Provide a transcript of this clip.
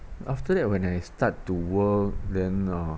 after that when I start to work then uh